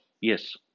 Yes